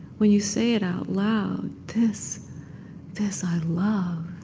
when you say it out loud, this this i love,